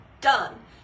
done